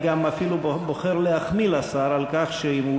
ולכן אני גם אפילו בוחר להחמיא לשר על כך שאם הוא